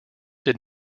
did